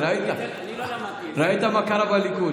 ראית מה קרה בליכוד,